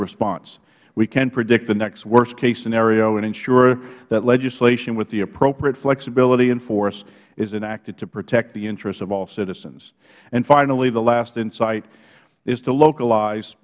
response we can predict the next worstcase scenario and ensure that legislation with the appropriate flexibility and force is enacted to protect the interests of all citizens and finally the last insight is to localize